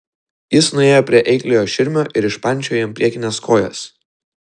jis nuėjo prie eikliojo širmio ir išpančiojo jam priekines kojas